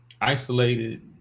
isolated